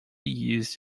used